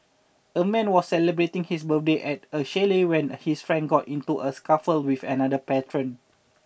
a man was celebrating his birthday at a chalet when his friends got into a scuffle with another patron